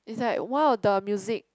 is like one of the music